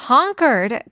Conquered